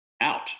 out